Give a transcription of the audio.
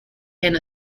and